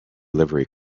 livery